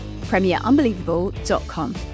premierunbelievable.com